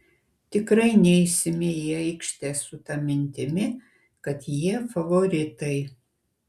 tikrai neisime į aikštę su ta mintimi kad jie favoritai